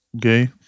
gay